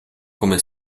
come